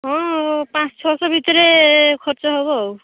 ହଁ ପାଞ୍ଚ ଛଅଶହ ଭିତରେ ଖର୍ଚ୍ଚ ହେବ ଆଉ